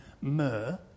Myrrh